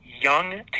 young